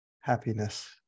happiness